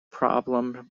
problem